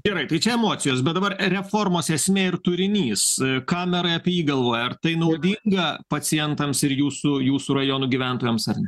gerai tai čia emocijos bet dabar reformos esmė ir turinys ką merai apie jį galvoja ar tai naudinga pacientams ir jūsų jūsų rajono gyventojams ar ne